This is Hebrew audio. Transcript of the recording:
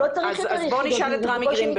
הוא לא צריך יותר יחידות דיור.